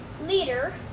leader